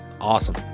awesome